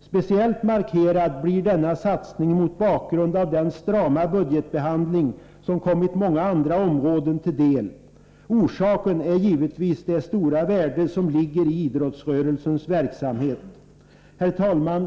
Speciellt markerad blir denna satsning mot bakgrund av den strama budgetbehandling som kommit många andra områden till del. Orsaken är givetvis det stora värde som ligger i idrottsrörelsens verksamhet. Herr talman!